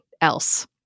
else